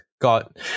got